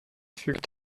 fügt